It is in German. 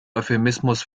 euphemismus